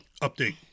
update